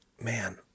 man